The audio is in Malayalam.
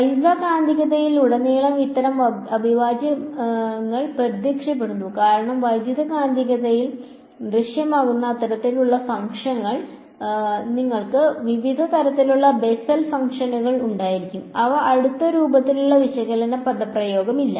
വൈദ്യുതകാന്തികതയിൽ ഉടനീളം ഇത്തരം അവിഭാജ്യങ്ങൾ പ്രത്യക്ഷപ്പെടുന്നു കാരണം വൈദ്യുതകാന്തികത്തിൽ ദൃശ്യമാകുന്ന തരത്തിലുള്ള ഫംഗ്ഷനുകൾ നിങ്ങൾക്ക് വിവിധ തരത്തിലുള്ള ബെസൽ ഫംഗ്ഷനുകൾ ഉണ്ടായിരിക്കും അവയ്ക്ക് അടുത്ത രൂപത്തിലുള്ള വിശകലന പദപ്രയോഗം ഇല്ല